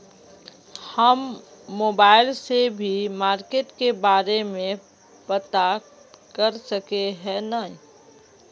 हम मोबाईल से भी मार्केट के बारे में पता कर सके है नय?